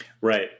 Right